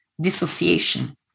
dissociation